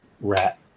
Rat